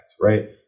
right